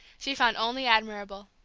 she found only admirable.